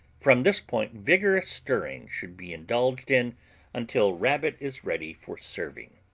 from this point vigorous stirring should be indulged in until rabbit is ready for serving.